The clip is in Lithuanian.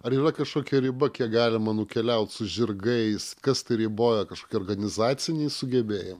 ar yra kažkokia riba kiek galima nukeliaut su žirgais kas tai riboja kažkokie organizaciniai sugebėjim